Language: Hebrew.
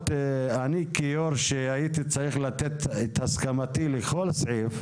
אני כיושב ראש שהייתי צריך לתת את הסכמתי לכל סעיף,